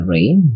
Rain